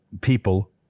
people